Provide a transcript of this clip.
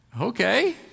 okay